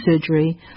surgery